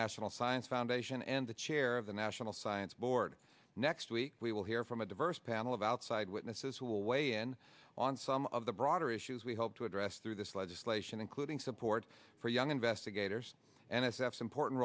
national science foundation and the chair of the national science board next week we will hear from a diverse panel of outside witnesses who will weigh in on some of the broader issues we hope to address through this legislation including support for young investigators and s f important